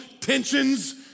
tensions